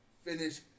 finish